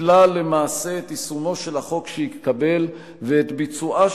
סיכל למעשה את יישומו של החוק שהתקבל ואת ביצועה